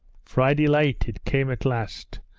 friday, late, it came at last,